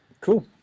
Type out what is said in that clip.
Cool